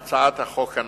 מהצעת החוק הנוכחית.